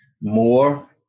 more